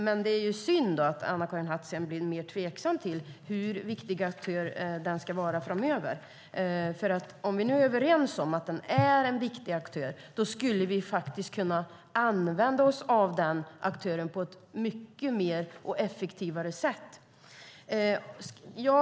Men det är synd att Anna-Karin Hatt blir mer tveksam till hur viktig aktör ICT ska vara framöver. Om vi är överens om att ICT är en viktig aktör kan vi använda oss av den aktören på ett mer effektivt sätt.